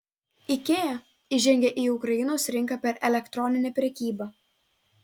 ikea įžengė į ukrainos rinką per elektroninę prekybą